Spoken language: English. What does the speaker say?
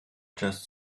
just